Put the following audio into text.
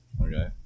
Okay